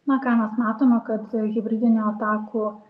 na ką mes matome kad hibridinių atakų